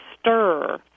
stir